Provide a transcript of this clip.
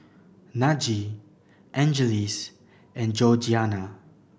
Najee Angeles and Georgianna